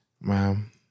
Mom